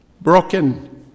broken